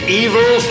evil